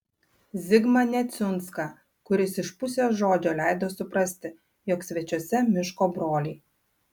zigmą neciunską kuris iš pusės žodžio leido suprasti jog svečiuose miško broliai